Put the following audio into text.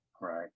Right